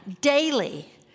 daily